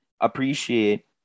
appreciate